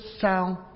sound